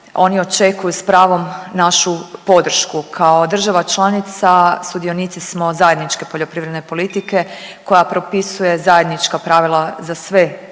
oni očekuju s pravom našu podršku. Kao država članica sudionici smo zajedničke poljoprivredne politike koja propisuje zajednička pravila za sve